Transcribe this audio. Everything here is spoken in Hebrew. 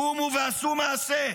קומו ועשו מעשה.